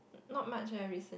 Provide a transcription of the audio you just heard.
not much eh recen~